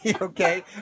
okay